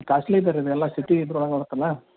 costly ಇದೆ ರೀ ಇಲ್ಲೆಲ್ಲ ಸಿಟಿ ಇದ್ರೊಳಗೆ ಬರುತ್ತಲ್ಲ